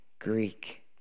Greek